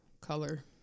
color